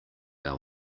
our